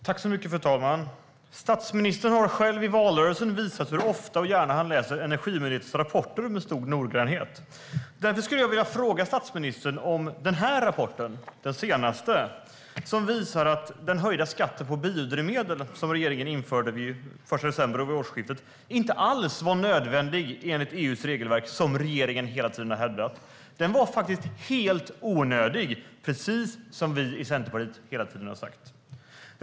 Fru talman! Statsministern har själv i valrörelsen visat hur ofta och gärna han läser Energimyndighetens rapporter med stor noggrannhet. Jag vill ställa en fråga till statsministern om den senaste rapporten från myndigheten. Den visar att den höjda skatten på biodrivmedel som regeringen införde vid årsskiftet inte alls var nödvändig enligt EU:s regelverk, som regeringen hela tiden har hävdat. Den var faktiskt helt onödig, precis som vi i Centerpartiet hela tiden har sagt.